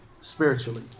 spiritually